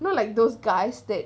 know like those guys that